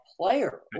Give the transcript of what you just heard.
player